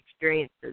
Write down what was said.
experiences